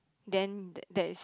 then that that is